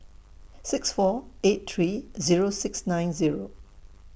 six four eight three Zero six nine Zero